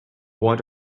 what